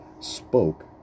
spoke